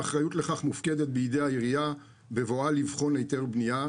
האחריות לכך מופקדת בידי העירייה בבואה לבחון היתר בנייה.